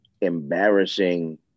embarrassing